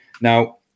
Now